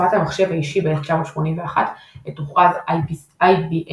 הופעת המחשב האישי ב-1981 עת הוכרז IBM PC